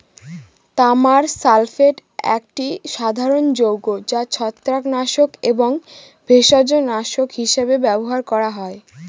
তামার সালফেট একটি সাধারণ যৌগ যা ছত্রাকনাশক এবং ভেষজনাশক হিসাবে ব্যবহার করা হয়